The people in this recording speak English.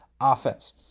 offense